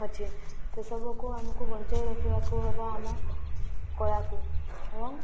ଅଛି ସେସବୁକୁ ଆମକୁ ବଞ୍ଚାଇ ରଖିବାକୁ ହେବ ଆମ କଳାକୁ ଏବଂ